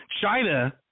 China